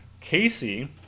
Casey